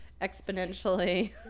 exponentially